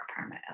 permit